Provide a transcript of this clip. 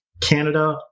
Canada